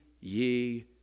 ye